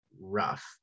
rough